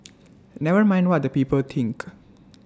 never mind what the people think